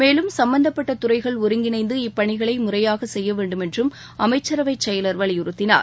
மேலும் சும்பந்தப்பட்ட துறைகள் ஒருங்கிணைந்து இப்பணிகளை முறையாக செய்ய வேண்டுமென்றும் அமைச்சரவை செயலர் வலியுறுத்தினார்